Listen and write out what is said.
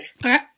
Okay